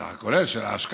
מהסך הכולל של ההשקעה.